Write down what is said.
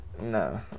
No